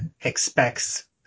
expects